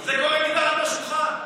זה קורה מתחת לשולחן.